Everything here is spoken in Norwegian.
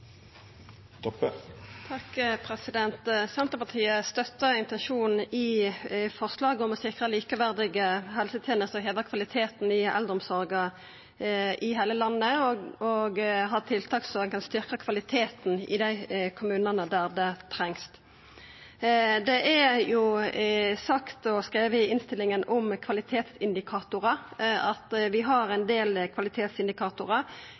Senterpartiet støttar intensjonen i forslaget om å sikra likeverdige helsetenester og å heva kvaliteten i eldreomsorga i heile landet, og ha tiltak så ein kan styrkja kvaliteten i dei kommunane der det trengst. Det er sagt og skrive i innstillinga om kvalitetsindikatorar at vi har ein del kvalitetsindikatorar